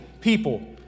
people